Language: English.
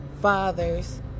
fathers